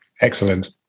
excellent